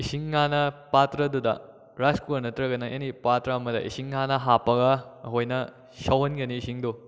ꯏꯁꯤꯡ ꯍꯥꯟꯅ ꯄꯥꯇ꯭ꯔꯗꯨꯗ ꯔꯥꯏꯁ ꯀꯨꯀꯔ ꯅꯠꯇ꯭ꯔꯒꯅ ꯑꯦꯅꯤ ꯄꯥꯇ꯭ꯔ ꯑꯃꯗ ꯏꯁꯤꯡ ꯍꯥꯟꯅ ꯍꯥꯞꯄꯒ ꯑꯩꯈꯣꯏꯅ ꯁꯧꯍꯟꯒꯅꯤ ꯏꯁꯤꯡꯗꯣ